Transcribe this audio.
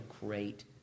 great